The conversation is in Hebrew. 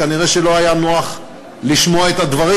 כנראה לא היה נוח לשמוע את הדברים,